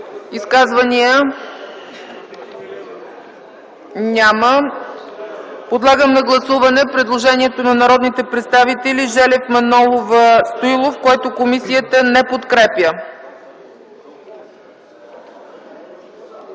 Изказвания няма. Подлагам на гласуване предложението на народните представители Желев, Манолова, Стоилов, които комисията не подкрепя.